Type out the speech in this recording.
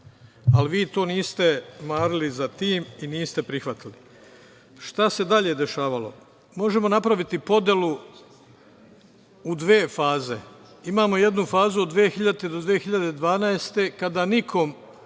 ali vi niste marili za tim i niste prihvatili. Šta se dalje dešavalo? Možemo napraviti podelu u dve faze. Imamo jednu fazu od 2000. do 2012. godine